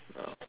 yeah